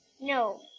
No